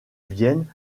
vienne